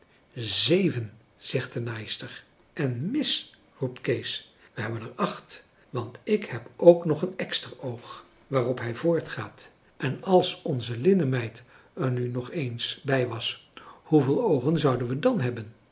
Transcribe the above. zeven zegt de naaister en mis roept kees we hebben er acht want ik heb ook nog een eksteroog waarop hij voortgaat en als onze linnenmeid er nu nog eens bij was hoeveel oogen zouden we dan hebben